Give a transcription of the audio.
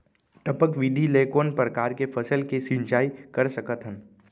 टपक विधि ले कोन परकार के फसल के सिंचाई कर सकत हन?